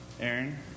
Aaron